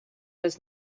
was